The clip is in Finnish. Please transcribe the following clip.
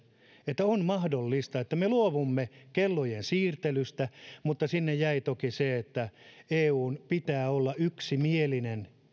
että on mahdollista että me luovumme kellojen siirtelystä mutta sinne jäi toki se että kun siitä luovutaan eun pitää olla yksimielinen